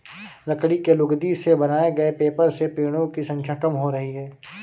लकड़ी की लुगदी से बनाए गए पेपर से पेङो की संख्या कम हो रही है